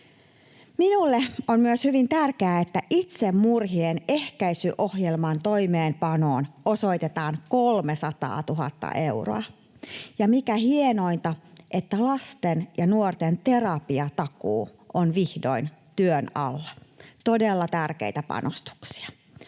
Minulle on myös hyvin tärkeää, että itsemurhien ehkäisyohjelman toimeenpanoon osoitetaan 300 000 euroa, ja mikä hienointa, lasten ja nuorten terapiatakuu on vihdoin työn alla. Todella tärkeitä panostuksia.